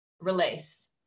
release